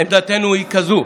עמדתנו היא כזאת: